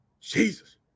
Jesus